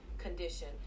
Condition